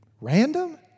random